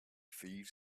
thieves